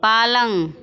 पालङ्ग